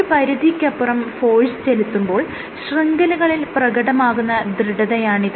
ഒരു പരിധിക്കപ്പുറം ഫോഴ്സ് ചെലുത്തുമ്പോൾ ശൃംഖലകളിൽ പ്രകടമാകുന്ന ദൃഢതയാണിത്